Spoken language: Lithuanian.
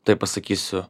taip pasakysiu